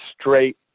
straight